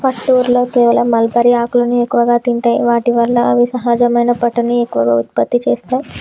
పట్టు ఊరిలో కేవలం మల్బరీ ఆకులను ఎక్కువగా తింటాయి వాటి వల్ల అవి సహజమైన పట్టుని ఎక్కువగా ఉత్పత్తి చేస్తాయి